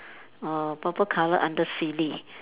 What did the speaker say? uh purple colour under silly